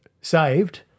saved